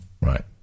Right